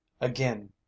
Again